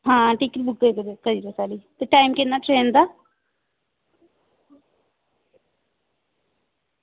आं टिकट करी ओड़ो ते टाईम किन्ना ट्रेन दा